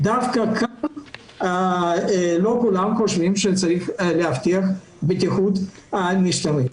דווקא כאן לא כולם חושבים שצריך להבטיח בטיחות למשתמש.